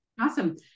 Awesome